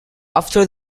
after